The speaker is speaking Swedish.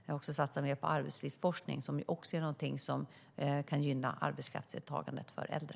Vi har även satsat mer på arbetslivsforskning, som också är något som kan gynna arbetskraftsdeltagandet för äldre.